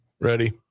Ready